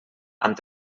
amb